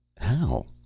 how?